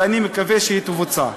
ואני מקווה שהיא תבוצע,